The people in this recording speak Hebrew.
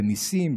בניסים,